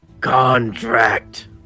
Contract